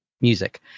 Music